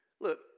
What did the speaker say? Look